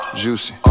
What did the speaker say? juicy